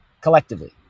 collectively